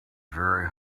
very